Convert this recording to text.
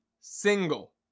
single